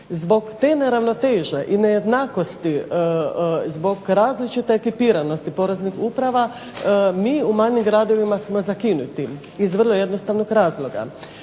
Zbog te neravnoteže i nejednakosti, zbog različite ekipiranosti poreznih uprava mi u manjim gradovima smo zakinuti iz vrlo jednostavnog razloga.